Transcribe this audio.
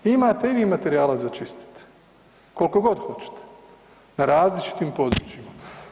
Imate i vi materijala za čistiti, koliko god hoćete na različitim područjima.